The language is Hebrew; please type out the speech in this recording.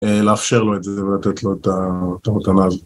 לאפשר לו את זה ולתת לו את המתנה הזאת.